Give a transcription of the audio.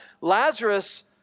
Lazarus